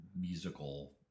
musical